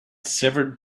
severed